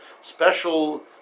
special